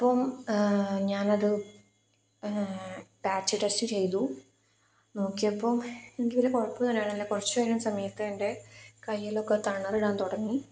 അപ്പം ഞാനത് patch test ചെയ്തു നോക്കിയപ്പോള് എനിക്ക് വലിയ കുഴപ്പമൊന്നുമുണ്ടായിരുന്നില്ല കുറച്ച് കഴിഞ്ഞ സമയത്ത് എൻ്റെ കയ്യിലൊക്കെ തിണര്ക്കാന് തുടങ്ങി